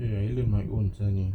ya ya I need my own time ah